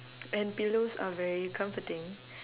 and pillows are very comforting